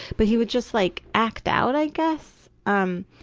but he would just like act out, i guess. um